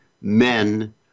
men